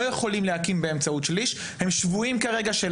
יכולים להקים ארגון יציג באמצעות שליש אלא הם שבויים בעל כורחם